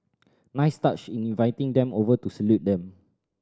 nice touch in inviting them over to salute them